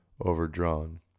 overdrawn